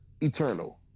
Eternal